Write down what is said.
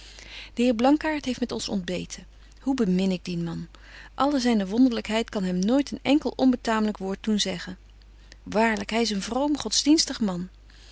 de heer blankaart heeft met ons ontbeten hoe bemin ik dien man alle zyne wonderlykheid kan hem nooit een enkel onbetaamlyk woord doen zeggen waarlyk hy is een vroom godsdienstig man